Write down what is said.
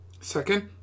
Second